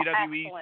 WWE